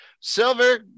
Silver